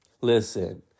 listen